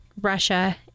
Russia